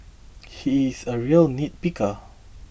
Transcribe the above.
he is a real nitpicker